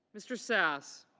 mr. sass.